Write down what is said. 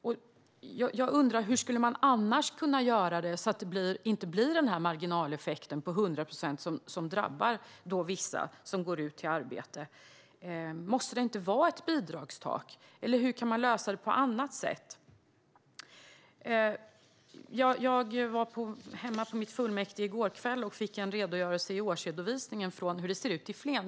Jag undrar hur man kan göra så att det inte blir den här marginaleffekten på 100 procent, som drabbar vissa som går ut i arbete. Måste det inte vara ett bidragstak, eller kan man lösa det på annat sätt? Jag var på fullmäktigemöte hemma i Flen i går kväll och fick en redogörelse i årsredovisningen av hur det ser ut där.